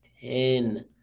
Ten